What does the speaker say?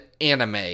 anime